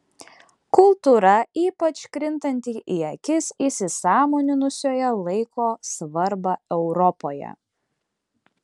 kultūra ypač krintanti į akis įsisąmoninusioje laiko svarbą europoje